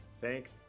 Thank